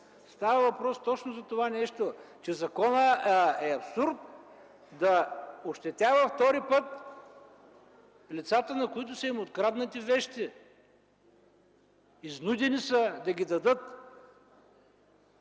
Става въпрос за това нещо – абсурд е законът да ощетява втори път лицата, на които са им откраднати вещите, изнудени са да ги дадат.